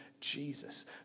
Jesus